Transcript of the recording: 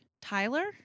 Tyler